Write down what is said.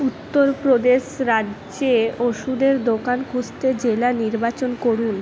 উত্তর প্রদেশ রাজ্যে ওষুধের দোকান খুঁজতে জেলা নির্বাচন করুন